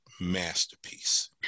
masterpiece